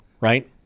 right